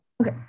Okay